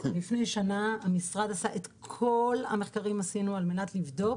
לפני שנה המשרד עשה את כל המחקרים כדי לבדוק